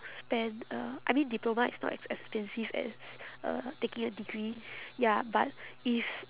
spend uh I mean diploma is not as expensive as uh taking a degree ya but if